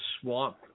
swamp